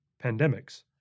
pandemics